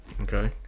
Okay